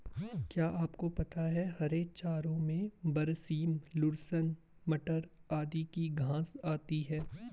क्या आपको पता है हरे चारों में बरसीम, लूसर्न, मटर आदि की घांस आती है?